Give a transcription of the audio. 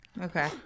Okay